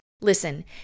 Listen